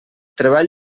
treball